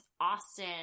Austin